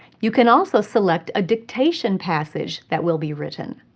you can also select a dictation passage that will be written.